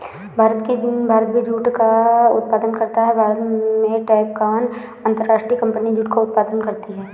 भारत भी जूट का उत्पादन करता है भारत में टैपकॉन अंतरराष्ट्रीय कंपनी जूट का उत्पादन करती है